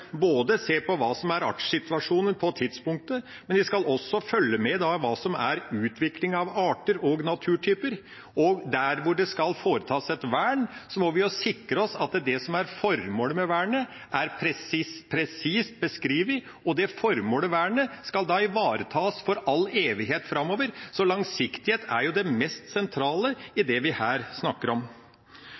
både se på hva som er artssituasjonen på tidspunktet, og følge med på utviklinga av arter og naturtyper. Og der hvor det skal foretas et vern, må vi sikre oss at det som er formålet med vernet, er presist beskrevet, og det vernet skal ivaretas i all evighet framover, så langsiktighet er det mest sentrale i det vi her snakker om.